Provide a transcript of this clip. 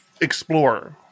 Explorer